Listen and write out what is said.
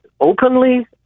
openly